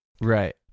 right